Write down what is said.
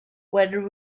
whether